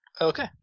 Okay